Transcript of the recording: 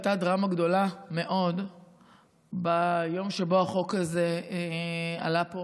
הייתה דרמה גדולה מאוד ביום שהחוק הזה עלה פה